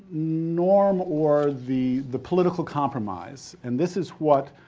norm or the the political compromise and this is what,